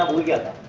ah will get